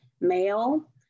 male